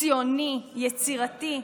ציוני, יצירתי.